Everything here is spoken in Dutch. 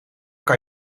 kan